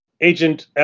Agent